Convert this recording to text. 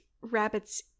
rabbits-